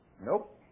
Nope